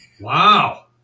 Wow